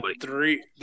three